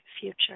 future